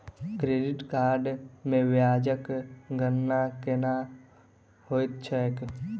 credit card मे ब्याजक गणना केना होइत छैक